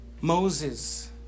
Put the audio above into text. Moses